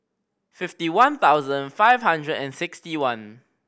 fifty one thousand five hundred and sixty one